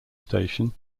station